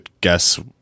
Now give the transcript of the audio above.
guess